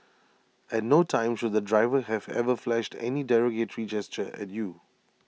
at no time should the driver have ever flashed any derogatory gesture at you